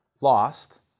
Lost